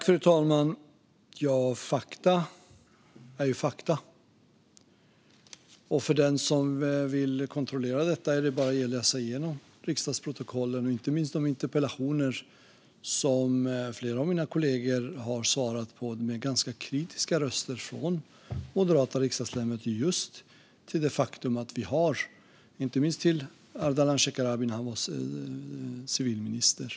Fru talman! Fakta är fakta. För den som vill kontrollera detta är det bara att läsa igenom riksdagsprotokollen, inte minst när det gäller de interpellationer som flera av mina kollegor har svarat på. Det har varit ganska kritiska röster från moderata riksdagsledamöter, inte minst riktade mot Ardalan Shekarabi när han var civilminister.